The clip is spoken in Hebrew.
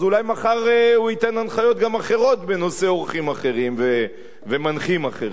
אז אולי מחר הוא ייתן גם הנחיות אחרות בנושא אורחים אחרים ומנחים אחרים.